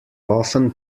often